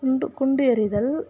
குண்டு குண்டு எறிதல்